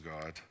God